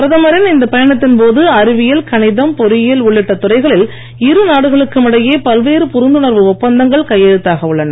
பிரதமரின் இந்த பயணத்தின் போது அறிவியல் கணிதம் பொறியியல் உள்ளிட்ட துறைகளில் இருநாடுகளுக்கும் இடையே பல்வேறு புரிந்துணர்வு ஒப்பந்தங்கள் கையெழுத்தாக உள்ளன